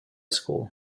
school